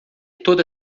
toda